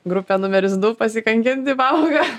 grupė numeris du pasikankint į pamoką